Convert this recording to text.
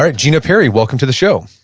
um gina perry, welcome to the show